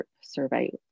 survey